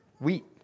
Wheat